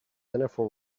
jennifer